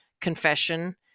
confession